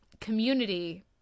community